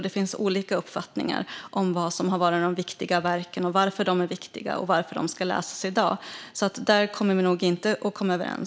Det finns olika uppfattningar om vilka som har varit de viktiga verken, varför de är viktiga och varför de ska läsas i dag. Där kommer vi nog inte att komma överens.